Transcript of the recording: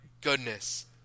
goodness